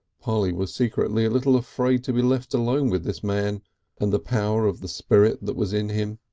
polly was secretly a little afraid to be left alone with this man and the power of the spirit that was in him.